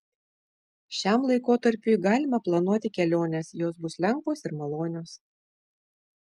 šiam laikotarpiui galima planuoti keliones jos bus lengvos ir malonios